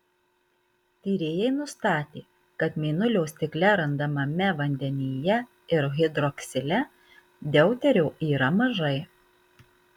tyrėjai nustatė kad mėnulio stikle randamame vandenyje ir hidroksile deuterio yra mažai